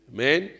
Amen